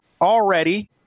already